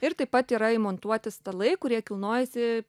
ir taip pat yra įmontuoti stalai kurie kilnojasi